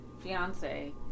fiance